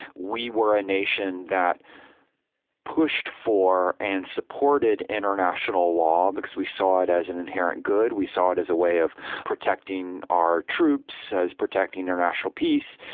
we were a nation that pushed for and supported international law, because we saw it as an inherent good. we saw it as a way of protecting our troops as protecting international peace,